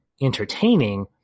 entertaining